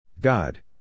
God